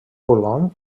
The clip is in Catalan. boulogne